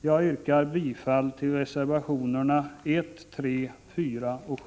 Jag yrkar bifall till reservationerna 1, 3, 4 och 7.